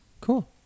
cool